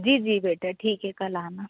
जी जी बेटे ठीक है कल आना